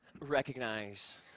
recognize